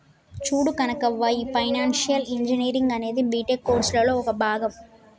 చూడు కనకవ్వ, ఈ financial engineering అనేది బీటెక్ కోర్సులలో ఒక భాగం